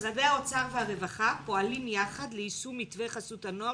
משרדי האוצר והרווחה פועלים ביחד ליישום מתווה חסות הנוער